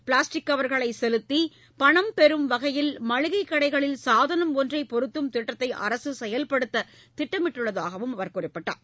plastic கவர்களை செலுத்தி பணம் பெறும் வகையில் மளிகைக் கடைகளில் சாதனம் ஒன்றை பொருத்தும் திட்டத்தை அரசு செயல்படுத்த திட்டமிட்டுள்ளதாகவும் அவர் கூறினார்